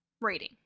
rating